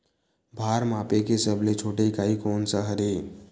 भार मापे के सबले छोटे इकाई कोन सा हरे?